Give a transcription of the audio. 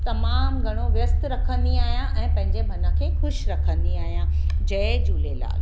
तमामु घणो व्यस्त रखंदी आहियां ऐं पंहिंजे मन खे ख़ुशि रखंदी आहियां जय झूलेलाल